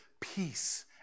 peace